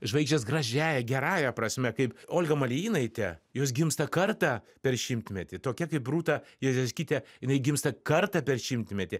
žvaigždės gražiąja gerąja prasme kaip olga malėjinaitė jos gimsta kartą per šimtmetį tokia kaip rūta jezerskytė jinai gimsta kartą per šimtmetį